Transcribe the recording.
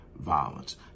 violence